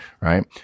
right